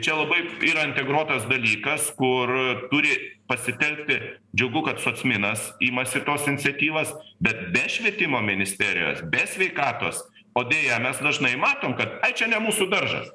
čia labai yra integruotas dalykas kur turi pasitelkti džiugu kad sociminas imasi tos iniciatyvos bet be švietimo ministerijos be sveikatos o deja mes dažnai matom kad čia ne mūsų daržas